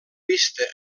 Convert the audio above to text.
vista